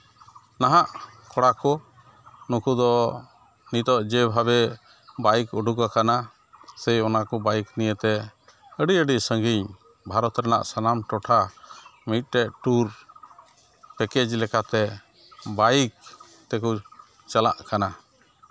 ᱱᱟᱦᱟᱜ ᱠᱚᱲᱟ ᱠᱚ ᱱᱩᱠᱩ ᱫᱚ ᱱᱤᱛᱚᱜ ᱡᱮ ᱵᱷᱟᱵᱮ ᱵᱟᱭᱤᱠ ᱩᱰᱩᱠ ᱟᱠᱟᱱᱟ ᱥᱮᱭ ᱚᱱᱟ ᱠᱚ ᱵᱟᱭᱤᱠ ᱱᱤᱭᱮ ᱛᱮ ᱟᱹᱰᱤ ᱟᱹᱰᱤ ᱥᱟ ᱜᱤᱧ ᱵᱷᱟᱨᱚᱛ ᱨᱮᱭᱟᱜ ᱥᱟᱱᱟᱢ ᱴᱚᱴᱷᱟ ᱢᱤᱫᱴᱮᱡ ᱴᱩᱨ ᱯᱮᱠᱮᱡᱽ ᱞᱮᱠᱟᱛᱮ ᱵᱟᱭᱤᱠ ᱛᱮᱠᱚ ᱪᱟᱞᱟᱜ ᱠᱟᱱᱟ